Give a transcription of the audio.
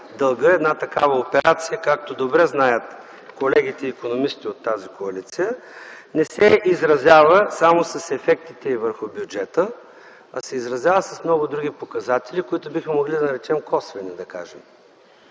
дълга, една такава операция, както добре знаят колегите икономисти от тази коалиция, не се изразява само с ефектите върху бюджета, а се изразява с много други показатели, които бихме могли да наречем косвени, да кажем.